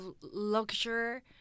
luxury